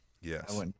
Yes